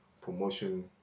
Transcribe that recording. promotion